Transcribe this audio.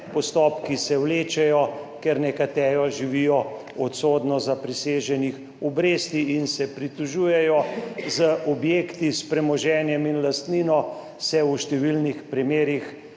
postopki se vlečejo, ker nekateri živijo od sodno zapriseženih obresti in se pritožujejo, z objekti, s premoženjem in lastnino se v številnih primerih